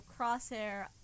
Crosshair